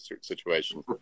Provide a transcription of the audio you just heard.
situation